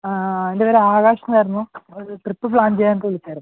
ആ എൻ്റെ പേര് ആകാശ് എന്നായിരുന്നു ഒരു ട്രിപ്പ് പ്ലാൻ ചെയ്യാൻ വേണ്ടിയിട്ട് ആയിരുന്നു